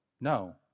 No